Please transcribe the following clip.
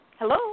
Hello